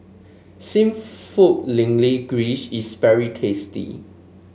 seafood is very tasty